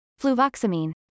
Fluvoxamine